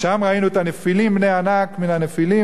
"ושם ראינו את הנפילים בני ענק מן הנפִלים